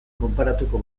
konparatuko